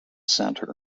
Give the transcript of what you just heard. centre